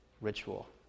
ritual